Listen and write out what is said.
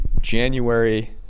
January